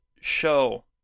show